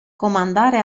comandare